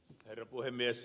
herra puhemies